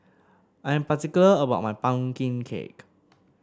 I am particular about my pumpkin cake